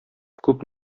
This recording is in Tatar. күп